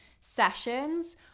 sessions